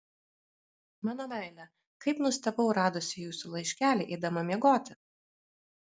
mano meile kaip nustebau radusi jūsų laiškelį eidama miegoti